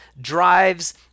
drives